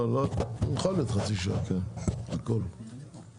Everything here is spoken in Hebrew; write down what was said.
הוא אומר שזה לא שייך, זה לא רלוונטי לחוק הזה.